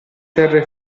terre